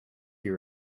you